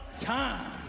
time